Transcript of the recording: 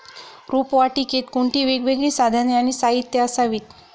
रोपवाटिकेत कोणती वेगवेगळी साधने आणि साहित्य असावीत?